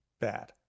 bad